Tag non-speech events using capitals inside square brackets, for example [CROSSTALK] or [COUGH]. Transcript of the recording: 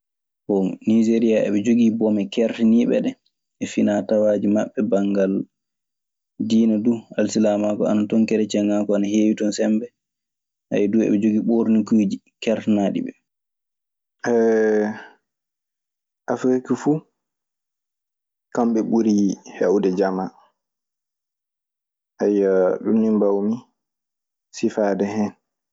Bon, eɓe njogii bome keertaniiɓe ɓe e finaa tawaaji maɓɓe banngal diinɗ duu, alsilaamaaku ana ton, kercienŋaagu ana heewi ton sembe. [HESITATION] Eɓe njogii ɓoornikeeji keertoŋaaɗi ɓe. [HESITATION] Afrik fu, kamɓe ɓuri hewde jama. Ayyo, ɗun ɓawmi sifaade hen.